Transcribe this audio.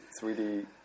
3D